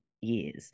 years